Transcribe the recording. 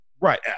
Right